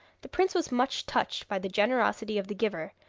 the prince was much touched by the generosity of the giver,